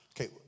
Okay